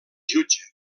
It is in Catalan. jutge